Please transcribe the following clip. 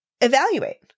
evaluate